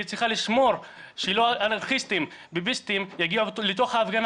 היא צריכה לשמור שלא אנרכיסטים ביביסטים יגיעו לתוך ההפגנה